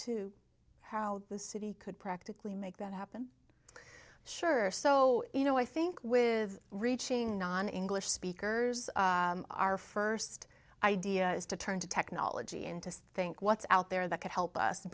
to how the city could practically make that happen sure so you know i think with reaching non english speakers our first idea is to turn to technology and to think what's out there that could help us